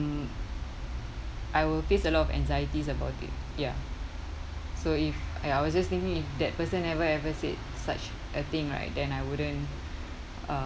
mm I will face a lot of anxieties about it ya so if I I was just thinking if that person never ever said such a thing right then I wouldn't uh